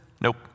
nope